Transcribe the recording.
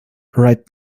right